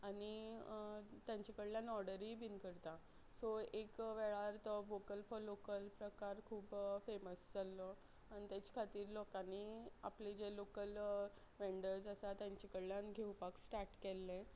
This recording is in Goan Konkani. आनी तांचे कडल्यान ऑर्डरूय बीन करता सो एक वेळार तो वोकल फोर लोकल प्रकार खूब फेमस जाल्लो आनी तेजे खातीर लोकांनी आपले जे लोकल व्हेंडर्स आसा तेंचे कडल्यान घेवपाक स्टार्ट केल्ले